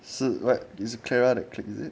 so what is clara that clique is it